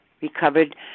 Recovered